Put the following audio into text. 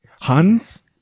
Hans